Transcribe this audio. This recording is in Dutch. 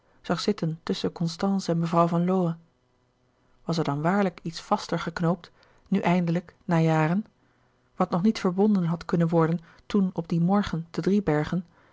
zag zitten tusschen constance en mevrouw van lowe was er dan waarlijk iets vaster geknoopt nu eindelijk na jaren wat nog niet verbonden had kunnen worden toen op dien morgen te